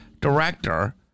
director